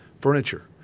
furniture